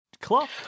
clock